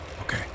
Okay